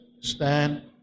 stand